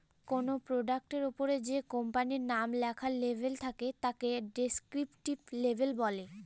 কোনো প্রোডাক্টের ওপরে যে কোম্পানির নাম লেখার লেবেল থাকে তাকে ডেস্ক্রিপটিভ লেবেল বলে